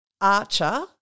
Archer